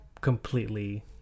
completely